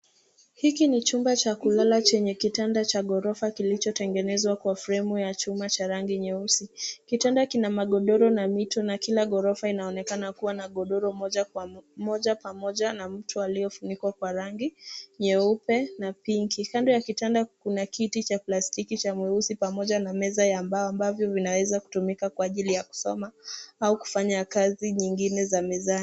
Hiki ni chumba cha kulala chenye kitanda cha ghorofa kilichotengenezwa kwa fremu ya chuma cha rangi nyeusi. Kitanda kina migodoro na mito na kila ghorofa inaonekana kuwa godoro moja kwa moja na mto uliofunikwa kwa rangi nyeupe na pinki. Kando ya kitanda kuna kiti cha plastiki cha mweusi pamoja na meza ya mbao ambavyo vinaweza kutumika kusoma au kufanya kazi nyingine za mezani.